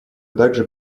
также